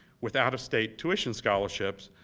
with out of state tuition scholarships,